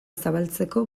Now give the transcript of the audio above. zabaltzeko